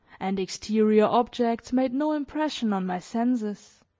and exterior objects made no impression on my senses.